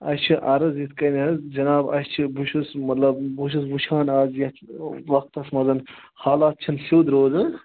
اَسہِ چھُ عرض یِتھ کٔنۍ حظ جناب اَسہِ چھُ بہٕ چھُس مطلب بہٕ چھُس وٕچھان آز یَتھ وَقتَس مَنٛز حالات چھِنہٕ سیٚود روزان